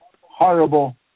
horrible